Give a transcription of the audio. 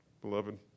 beloved